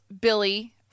Billy